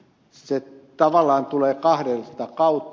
se tavallaan tulee kahta kautta